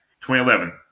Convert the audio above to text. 2011